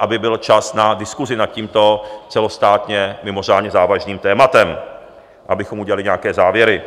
aby byl čas na diskusi nad tímto celostátně mimořádně závažným tématem, abychom udělali nějaké závěry.